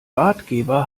ratgeber